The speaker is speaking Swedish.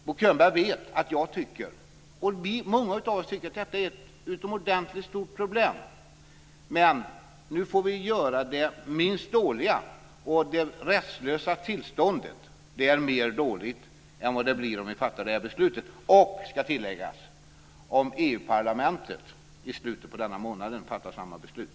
Bo Könberg vet att jag och många av oss tycker att detta är ett utomordentligt stort problem. Men nu får vi göra det minst dåliga. Och det rättslösa tillståndet är mer dåligt än det blir om vi fattar det här beslutet och, ska tilläggas, om EU-parlamentet i slutet på denna månad fattar samma beslut.